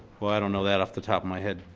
but i don't know that off the top of my head.